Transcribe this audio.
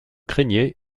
craignait